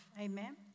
Amen